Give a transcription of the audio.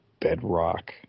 bedrock